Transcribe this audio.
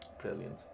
brilliant